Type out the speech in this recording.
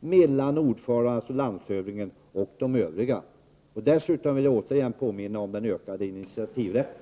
mellan ordföranden — alltså landshövdingen — och de övriga ledamöterna. Dessutom vill jag återigen påminna om den utökade initiativrätten.